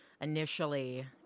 initially